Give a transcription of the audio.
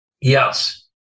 yes